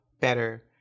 better